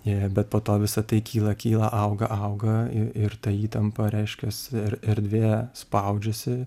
i bet po to visa tai kyla kyla auga auga ir ta įtampa reiškias ir erdvėje spaudžiasi